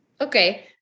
okay